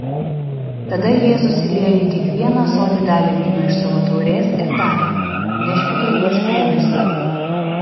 tada jėzus įliejo į kiekvieną ąsotį dalį vyno iš savo taurės ir tarė neškite juos prievaizdui